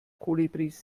kolibris